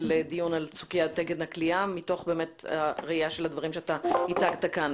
דיון על סוגיית תקן הכליאה מתוך הראייה של הדברים שהצגת כאן.